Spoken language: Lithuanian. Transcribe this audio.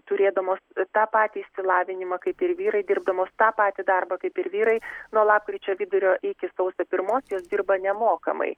turėdamos tą patį išsilavinimą kaip ir vyrai dirbdamos tą patį darbą kaip ir vyrai nuo lapkričio vidurio iki sausio pirmos jos dirba nemokamai